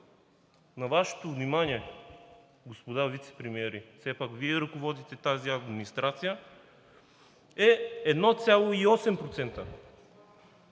на Вашето внимание, господа вицепремиери, все пак Вие ръководите тази администрация, е 1,8%.